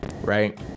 right